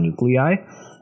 nuclei